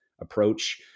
approach